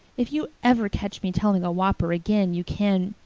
if you ever catch me telling a whopper again you can.